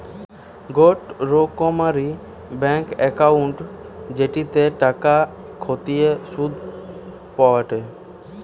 গোটে রোকমকার bank account জেটিতে টাকা খতিয়ে শুধ পায়টে